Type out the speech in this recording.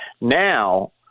Now